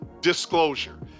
disclosure